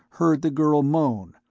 heard the girl moan,